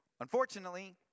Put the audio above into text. Unfortunately